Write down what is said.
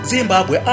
Zimbabwe